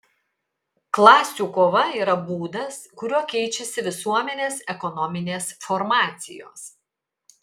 klasių kova yra būdas kuriuo keičiasi visuomenės ekonominės formacijos